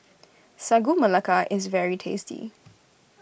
Sagu Melaka is very tasty